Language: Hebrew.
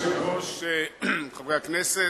אדוני היושב-ראש, חברי הכנסת,